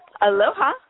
Aloha